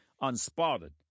unspotted